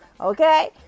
Okay